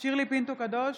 שירלי פינטו קדוש,